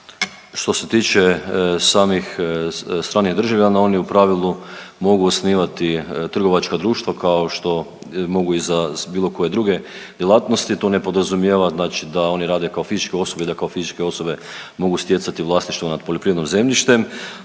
Što se tiče samih stranih državljana oni u pravilu mogu osnivati trgovačka društva kao što mogu i za bilo koje druge djelatnosti. To ne podrazumijeva, znači da oni rade kao fizičke osobe i da kao fizičke osobe mogu stjecati vlasništvo nad poljoprivrednim zemljištem.